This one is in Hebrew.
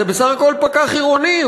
זה בסך הכול פקח עירוני,